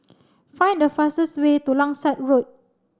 find the fastest way to Langsat Road